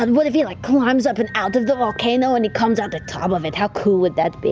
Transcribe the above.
um what if he like climbs up and out of the volcano and he comes out the top of it? how cool would that be?